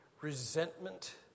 resentment